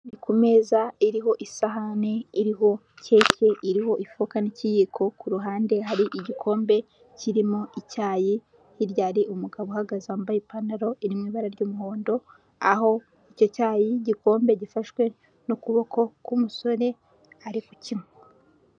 Ni ku meza iriho isahani, iriho keke, iriho ifuke n'ikiyiko, ku ruhande hari igikombe kirimo icyayi, hirya hari umugabo uhagaze wambaye ipantaro iri mu ibara ry'umuhondo, aho icyo cyayi igikombe gifashwe n'ukuboko k'umusore ari gukinywa.